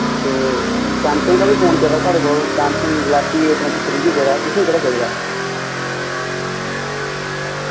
ते सैमसंग दा बी फोन पेदा साढ़े कोल Samsung Galaxy A twenty three बी पेदा तुसें केह्ड़ा चाहिदा